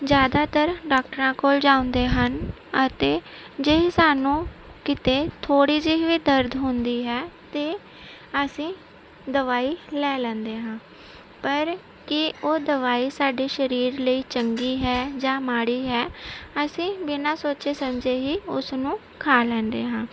ਜ਼ਿਆਦਾਤਰ ਡਾਕਟਰਾਂ ਕੋਲ ਜਾਂਦੇ ਹਨ ਅਤੇ ਜੇ ਸਾਨੂੰ ਕਿਤੇ ਥੋਜ਼ਿ ਜਿਹੀ ਵੀ ਦਰਦ ਹੁੰਦੀ ਹੈ ਤਾਂ ਅਸੀਂ ਦਵਾਈ ਲੈ ਲੈਂਦੇ ਹਾਂ ਪਰ ਕੀ ਉਹ ਦਵਾਈ ਸਾਡੇ ਸਰੀਰ ਲਈ ਚੰਗੀ ਹੈ ਜਾਂ ਮਾੜੀ ਹੈ ਅਸੀਂ ਬਿਨਾਂ ਸੋਚੇ ਸਮਝੇ ਹੀ ਉਸਨੂੰ ਖਾ ਲੈਂਦੇ ਹਾਂ